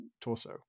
torso